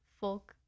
folk